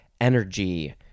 energy